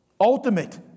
Ultimate